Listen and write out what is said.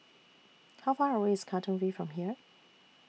How Far away IS Katong V from here